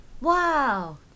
Wow